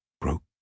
broke